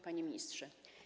Panie Ministrze!